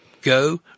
go